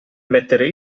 mettere